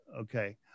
Okay